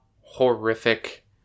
horrific